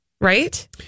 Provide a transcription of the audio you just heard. Right